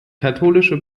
katholische